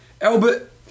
Albert